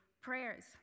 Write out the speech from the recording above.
prayers